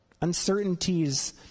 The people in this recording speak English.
uncertainties